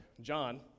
John